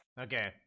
Okay